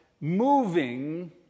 moving